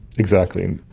exactly.